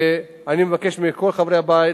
ואני מבקש מכל חברי הבית